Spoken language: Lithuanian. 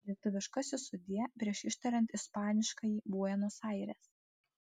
lietuviškasis sudie prieš ištariant ispaniškąjį buenos aires